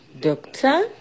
doctor